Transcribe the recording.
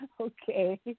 okay